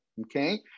okay